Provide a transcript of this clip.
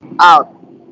out